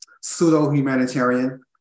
pseudo-humanitarian